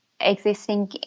existing